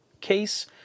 case